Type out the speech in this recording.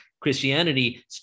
Christianity